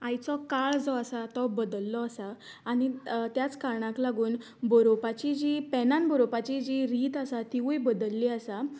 आयचो काळ जो आसा तो बदल्लो आसा आनी त्याच कारणांक लागून बरोवपाची जी पेनान बरोवपाची जी रीत आसा तिवूय बदल्ली आसा